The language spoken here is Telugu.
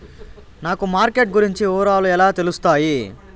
నాకు మార్కెట్ గురించి వివరాలు ఎలా తెలుస్తాయి?